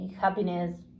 happiness